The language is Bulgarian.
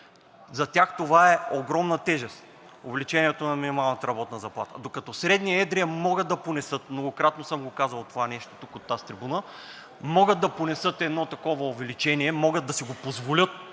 За тях това е огромна тежест – увеличението на минималната работна заплата, докато средният и едрия могат да понесат. Многократно съм казвал това тук от тази трибуна. Едно такова увеличение могат да си го позволят,